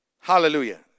Hallelujah